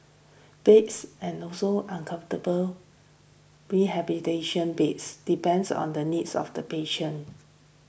beds and also uncomfortable rehabilitation beds depends on the needs of the patients